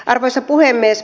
arvoisa puhemies